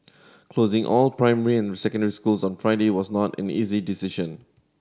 closing all primary and secondary schools on Friday was not an easy decision